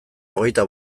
hogeita